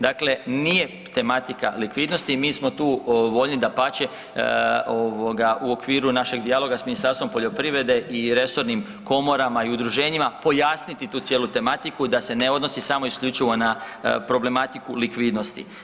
Dakle, nije tematika likvidnosti, mi smo tu voljni dapače u okviru našega dijaloga s Ministarstvom poljoprivrede i resornim komorama i udruženjima pojasniti tu cijelu tematiku da se ne odnosi samo isključivo na problematiku likvidnosti.